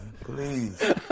please